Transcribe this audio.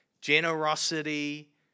Generosity